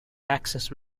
access